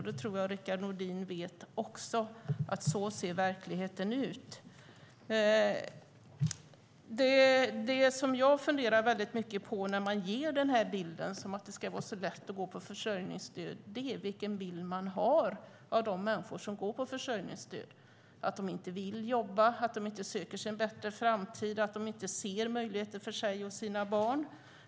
Det tror jag att Rickard Nordin vet också, att verkligheten ser ut så. Det jag funderar mycket på, när man ger bilden av att det ska vara så lätt att gå på försörjningsstöd, är vilken bild man har av de människor som går på försörjningsstöd - att de inte vill jobba, att de inte söker sig en bättre framtid, att de inte ser möjligheter för sig och sina barn.